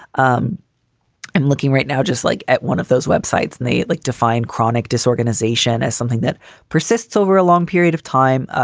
um i'm looking right now just like at one of those web sites and they like define chronic disorganization as something that persists over a long period of time,